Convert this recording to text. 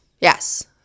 yes